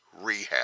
Rehab